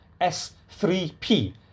S3P